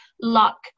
luck